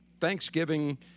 Thanksgiving